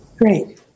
Great